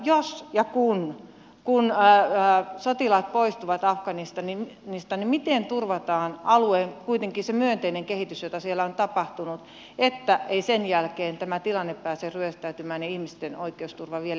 jos ja kun sotilaat poistuvat afganistanista niin miten turvataan kuitenkin se alueen myönteinen kehitys jota siellä on tapahtunut niin että ei sen jälkeen tämä tilanne pääse ryöstäytymään ja ihmisten oikeusturva vielä entisestään heikkene